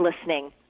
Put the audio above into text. listening